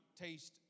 taste